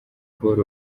paul